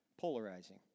polarizing